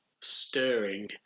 stirring